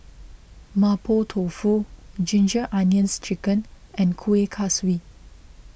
Mapo Tofu Ginger Onions Chicken and Kuih Kaswi